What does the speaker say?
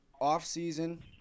off-season